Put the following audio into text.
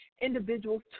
individuals